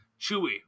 Chewie